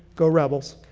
go rebels.